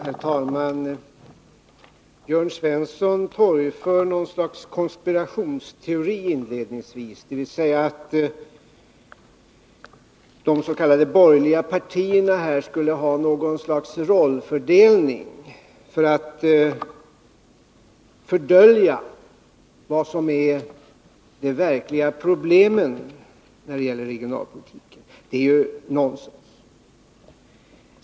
Herr talman! Jörn Svensson torgförde något slags konspirationsteori — de s.k. borgerliga partierna skulle här ha något slags rollfördelning för att fördölja vad som är de verkliga problemen när det gäller regionalpolitiken. Det är ju nonsens.